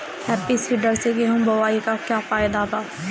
Happy seeder से गेहूं बोआई के का फायदा बा?